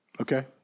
Okay